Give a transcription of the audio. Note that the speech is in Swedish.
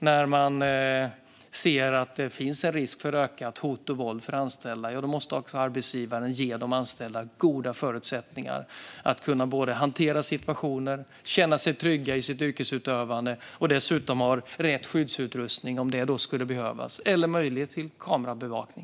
När man ser att det finns risk för ökat hot och våld mot de anställda måste arbetsgivaren ge de anställda goda förutsättningar för att kunna hantera situationer och känna sig trygga i sitt yrkesutövande. De ska dessutom ha rätt skyddsutrustning om det skulle behövas eller möjlighet till kamerabevakning.